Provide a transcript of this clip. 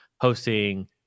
hosting